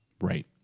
Right